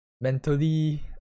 mentally